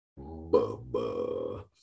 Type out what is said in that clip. Bubba